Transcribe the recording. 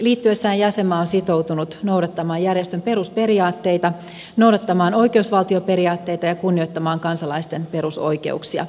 liittyessään jäsenmaa on sitoutunut noudattamaan järjestön perusperiaatteita noudattamaan oikeusvaltioperiaatteita ja kunnioittamaan kansalaisten perusoikeuksia